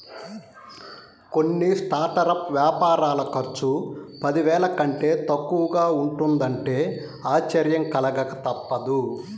కొన్ని స్టార్టప్ వ్యాపారాల ఖర్చు పదివేల కంటే తక్కువగా ఉంటున్నదంటే ఆశ్చర్యం కలగక తప్పదు